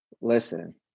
Listen